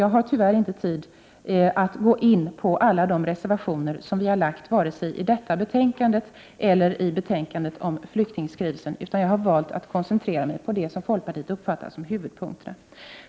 Jag har tyvärr inte tid att gå in på alla de reservationer som vi fogat till betänkandena om utlänningslagen och om flyktingpolitiken, utan jag har valt att koncentrera mig på det som folkpartiet ser som huvudpunkter.